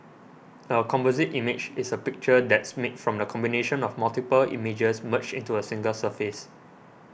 a composite image is a picture that's made from the combination of multiple images merged into a single surface